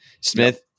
Smith